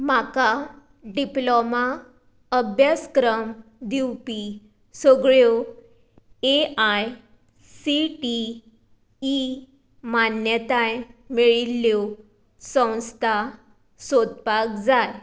म्हाका डिप्लोमा अभ्यासक्रम दिवपी सगळ्यो A I C T E मान्यताय मेळिल्ल्यो संस्था सोदपाक जाय